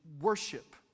worship